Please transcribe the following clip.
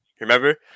remember